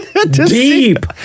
Deep